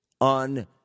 on